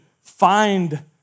find